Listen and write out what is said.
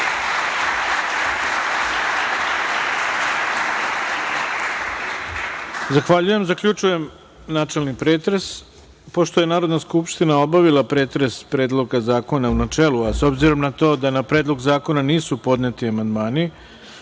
Zahvaljujem. Zaključujem načelni pretres. Pošto je Narodna skupština obavila pretres Predloga zakona u načelu, a s obzirom na to da na Predlog zakona nisu podneti amandmani,